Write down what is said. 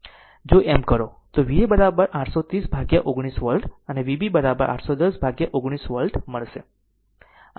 જો એમ કરો તો Va 830 ભાગ્યા 19 વોલ્ટ અને Vb 810 ભાગ્યા 19 વોલ્ટ મળશે